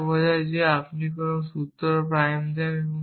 এটা বলছে যে আপনি যদি একটি সূত্র আলফা প্রাইম দেন